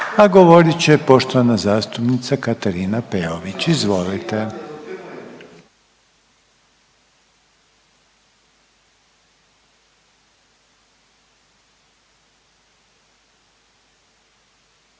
a govorit će poštovana zastupnica Katarina Peović, izvolite.